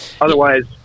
otherwise